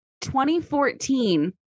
2014